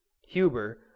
Huber